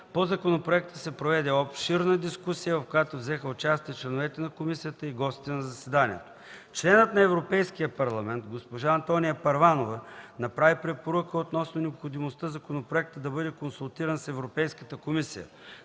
По законопроекта се проведе обширна дискусия, в която взеха участие членовете на комисията и гостите на заседанието. Членът на Европейския парламент госпожа Антония Първанова направи препоръка относно необходимостта законопроектът да бъде консултиран с Европейската комисия,